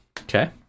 Okay